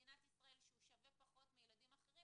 במדינת ישראל ששווה פחות מילדים אחרים